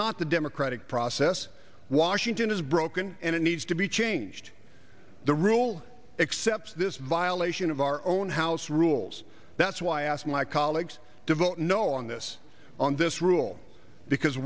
not the democratic process washington is broken and it needs to be changed the rule except this violation of our own house rules that's why i asked my colleagues to vote no on this on this rule because